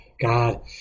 god